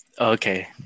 okay